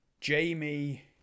Jamie